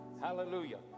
Hallelujah